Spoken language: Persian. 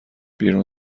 بیرون